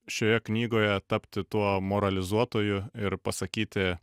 šioje knygoje tapti tuo moralizuotuoju ir pasakyti